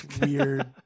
weird